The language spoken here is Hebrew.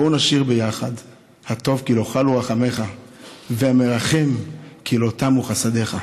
בואו נשיר ביחד "הטוב כי לא כלו רחמיך והמרחם כי לא תמו חסדיך".